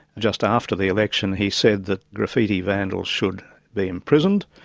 just after the election he said that graffiti vandals should be imprisoned,